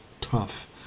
tough